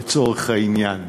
לצורך העניין.